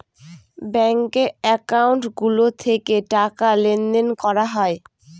ব্যাঙ্কে একাউন্ট গুলো থেকে টাকা লেনদেন করা হয়